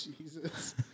Jesus